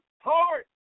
heart